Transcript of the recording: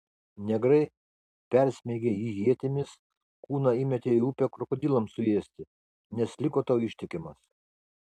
negrai persmeigę jį ietimis kūną įmetė į upę krokodilams suėsti nes liko tau ištikimas